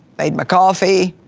made my coffee,